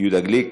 יהודה גליק?